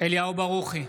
אליהו ברוכי,